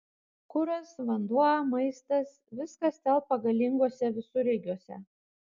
kuras vanduo maistas viskas telpa galinguose visureigiuose